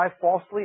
falsely